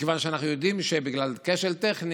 מכיוון שאנחנו יודעים שבגלל כשל טכני